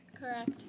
Correct